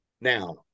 Now